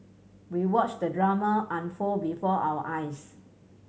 we watched the drama unfold before our eyes